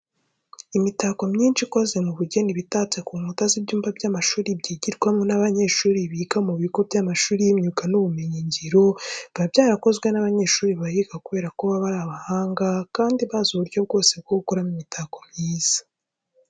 Imitako myinshi ikoze mu bugeni iba itatse ku nkuta z'ibyumba by'amashuri, byigirwamo n'abanyeshuri biga mu bigo by'amashuri y'imyuga n'ubumenyingiro, biba byarakozwe n'abanyeshuri bahiga kubera ko baba ari abahanga kandi bazi uburyo bwose bwo gukora imitako myiza.